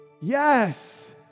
Yes